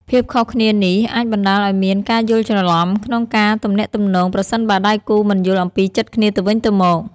ភាពខុសគ្នានេះអាចបណ្ដាលឱ្យមានការយល់ច្រឡំក្នុងការទំនាក់ទំនង ប្រសិនបើដៃគូមិនយល់អំពីចិត្តគ្នាទៅវិញទៅមក។